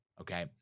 okay